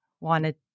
wanted